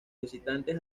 visitantes